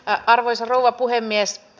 arvoisa rouva puhemies